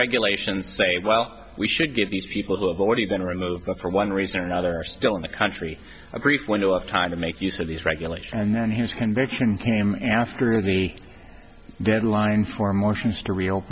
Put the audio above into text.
regulations say well we should give these people who have already been removed but for one reason or another still in the country a brief window of time to make use of these regulations and then his conviction came after the deadline for motions to re